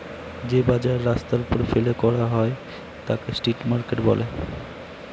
যে বাজার রাস্তার ওপরে ফেলে করা হয় তাকে স্ট্রিট মার্কেট বলে